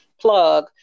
plug